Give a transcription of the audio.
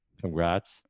Congrats